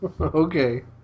Okay